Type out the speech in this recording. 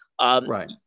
Right